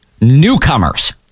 newcomers